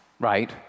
right